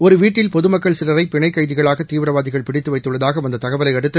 ஒருவீட்டில் பொதுமக்கள் சிலரைபிணைக்கைதிகளாகதீவிரவாதிகள் பிடித்துவைத்துள்ளதாகவந்ததகவலைஅடுத்து